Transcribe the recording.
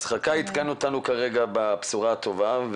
חגי עדכן אותנו כרגע בבשורה הטובה,